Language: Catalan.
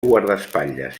guardaespatlles